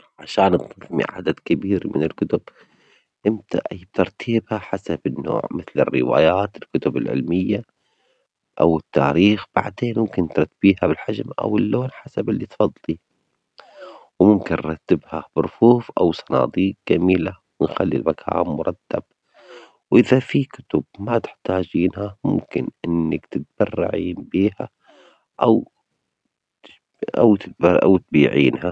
عشان عدد كبير من الكتب، أبدأ ترتبيها حسب النوع مثل الروايات، الكتب العلمية أو التاريخ، بعدين ممكن ترتبيها بالحجم أو اللون حسب اللي تفضليه، وممكن ترتبيها على رفوف أو في صناديج جميلة و نخلي المكان مرتب ، وإذا في كتب ما تحتاجينها، ممكن إنك تتبرعين بها أو أو أو تبيعينها.